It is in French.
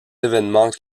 événements